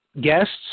guests